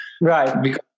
Right